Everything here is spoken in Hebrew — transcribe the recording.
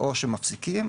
או שמפסיקים